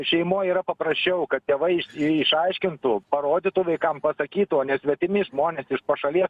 šeimoj yra paprasčiau kad tėvai išaiškintų parodytų vaikam pasakytų o ne svetimi žmonės iš pašalies